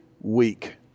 week